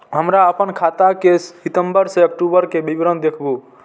हमरा अपन खाता के सितम्बर से अक्टूबर के विवरण देखबु?